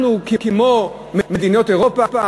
אנחנו כמו מדינות אירופה?